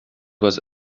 was